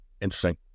Interesting